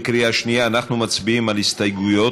בקריאה שנייה, אנחנו מצביעים על הסתייגויות.